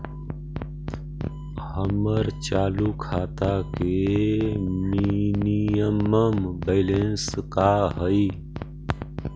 हमर चालू खाता के मिनिमम बैलेंस का हई?